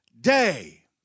day